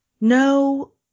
No